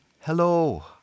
hello